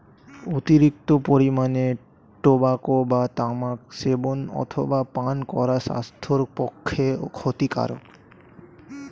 অতিরিক্ত পরিমাণে টোবাকো বা তামাক সেবন অথবা পান করা স্বাস্থ্যের পক্ষে ক্ষতিকারক